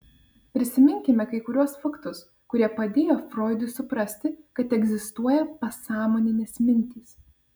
prisiminkime kai kuriuos faktus kurie padėjo froidui suprasti kad egzistuoja pasąmoninės mintys